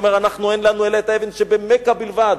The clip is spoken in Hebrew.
כי אומר: אנחנו אין לנו אלא האבן שבמכה בלבד.